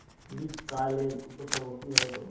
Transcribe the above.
Leaf curl এর উপসর্গ কিভাবে করব?